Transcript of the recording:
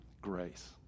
Grace